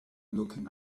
looking